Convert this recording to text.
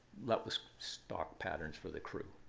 that was stock patterns for the crew,